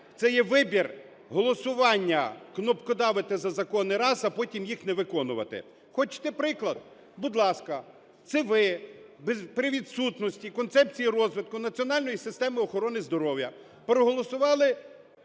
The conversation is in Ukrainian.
Це є вибір голосування: кнопкодавити за закони, раз, а потім їх не виконувати. Хочете приклад? Будь ласка. Це ви при відсутності концепції розвитку національної системи охорони здоров'я проголосували